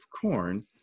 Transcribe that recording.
corn